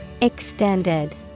Extended